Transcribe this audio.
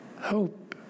Hope